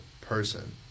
person